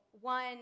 one